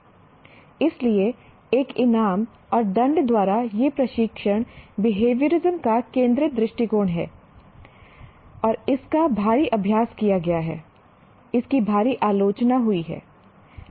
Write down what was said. इसीलिए एक इनाम और दंड द्वारा यह प्रशिक्षण बिहेवियरिज्म का केंद्रीय दृष्टिकोण है और इसका भारी अभ्यास किया गया है इसकी भारी आलोचना हुई है